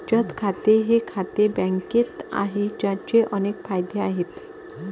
बचत खाते हे खाते बँकेत आहे, ज्याचे अनेक फायदे आहेत